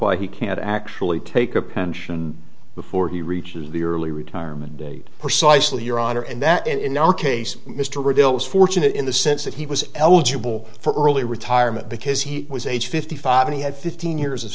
why he can't actually take a pension before he reaches the early retirement date or so i salute your honor and that in our case mr riddle was fortunate in the sense that he was eligible for early retirement because he was age fifty five and he had fifteen years of